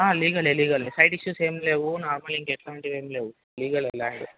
లీగలే లీగలే site issues ఏం లేవు నార్మల్ ఇంకెట్లాంటివి ఏం లేవు లీగలే ల్యాండు